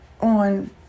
on